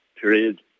period